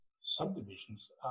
subdivisions